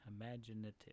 Imaginative